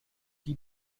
die